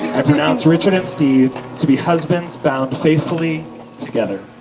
i pronounce richard and steve to be husbands bound faithfully together.